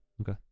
Okay